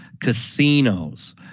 casinos